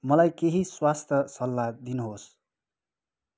मलाई केही स्वास्थ्य सल्लाह दिनुहोस्